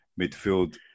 midfield